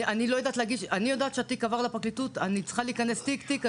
אני יודעת שהתיק עבר לפרקליטות ואני צריכה להיכנס תיק-תיק,